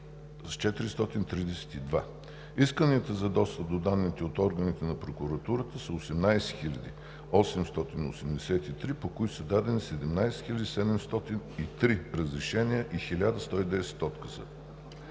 с 432. Исканията за достъп до данните от органите на прокуратурата 18 883, по които са дадени 17 773 разрешения и 1110 отказа.